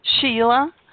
Sheila